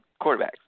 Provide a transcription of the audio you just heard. quarterbacks